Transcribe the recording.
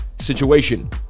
situation